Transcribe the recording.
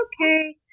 okay